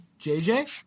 JJ